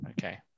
okay